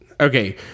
okay